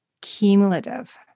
cumulative